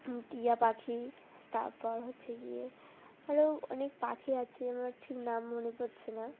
টিয়া পাখি তারপর হচ্ছে গিয়ে আরও অনেক পাখি আছে আমার ঠিক নাম মনে পড়ছে না